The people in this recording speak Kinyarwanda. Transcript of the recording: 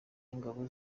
ingabo